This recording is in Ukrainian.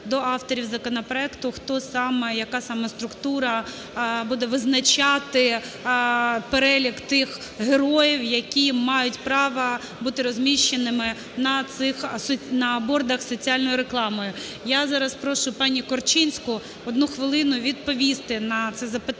Я зараз прошу пані Корчинську, одну хвилину відповісти на це запитання,